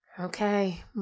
Okay